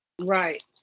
Right